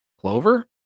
clover